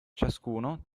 ciascuno